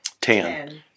ten